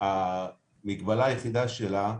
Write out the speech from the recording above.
המגבלה היחידה שלה,